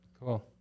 Cool